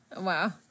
Wow